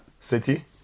City